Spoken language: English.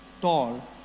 tall